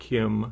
Kim